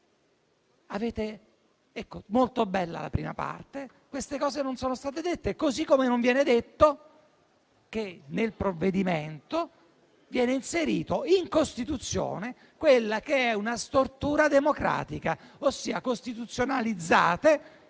il Senato. È molto bella la prima parte, ma queste cose non sono state dette. Allo stesso modo, non viene detto che nel provvedimento viene inserita in Costituzione una stortura democratica, ossia costituzionalizzate